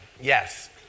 Yes